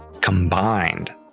combined